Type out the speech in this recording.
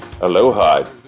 Aloha